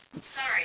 sorry